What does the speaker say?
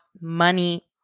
money